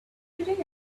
should